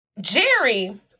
Jerry